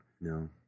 No